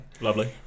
Lovely